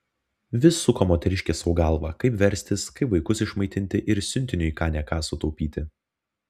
vis suko moteriškė sau galvą kaip verstis kaip vaikus išmaitinti ir siuntiniui ką ne ką sutaupyti